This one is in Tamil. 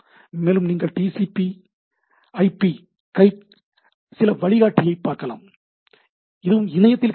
மேலும் நீங்கள் T C P I P guide TCPIP guid வழிகாட்டியை பார்க்கலாம் இதுவும் இணையத்தில் கிடைக்கின்றது